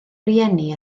rieni